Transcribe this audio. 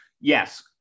yes